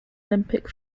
olympic